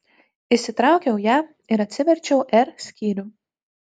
išsitraukiau ją ir atsiverčiau r skyrių